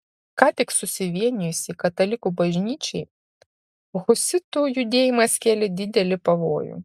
ką tik susivienijusiai katalikų bažnyčiai husitų judėjimas kėlė didelį pavojų